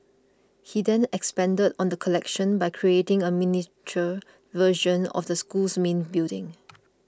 he then expanded on the collection by creating a miniature version of the school's main building